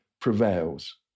prevails